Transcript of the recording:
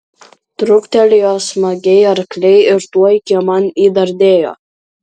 truktelėjo smagiai arkliai ir tuoj kieman įdardėjo